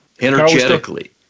energetically